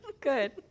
Good